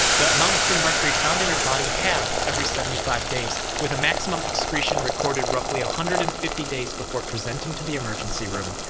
the amount of free mercury found in her body halved every seventy five days, with a maximum excretion recorded roughly one ah hundred and fifty days before presenting to the emergency room.